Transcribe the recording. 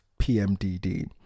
PMDD